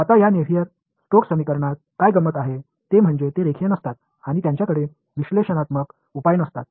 आता या Navier Stokes समीकरणात काय गंमत आहे ते म्हणजे ते रेखीय नसतात आणि त्यांच्याकडे विश्लेषणात्मक उपाय नसतात